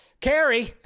Carrie